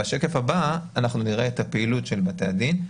בשקף הבא אנחנו נראה את הפעילות של בתי הדין.